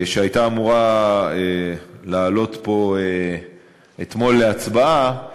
שהייתה אמורה לעלות פה אתמול להצבעה,